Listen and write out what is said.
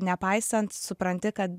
nepaisant supranti kad